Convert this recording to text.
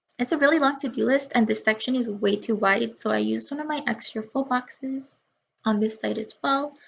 it's a really long to do list and this section is way too wide so i use one of my extra full boxes on this side as well.